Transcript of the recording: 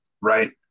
right